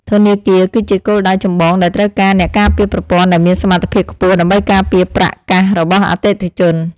ធនាគារ គឺជាគោលដៅចម្បងដែលត្រូវការអ្នកការពារប្រព័ន្ធដែលមានសមត្ថភាពខ្ពស់ដើម្បីការពារប្រាក់កាសរបស់អតិថិជន។